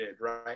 right